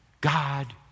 God